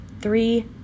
three